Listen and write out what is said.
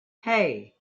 hey